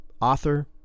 author